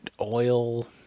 oil